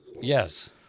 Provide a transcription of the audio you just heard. Yes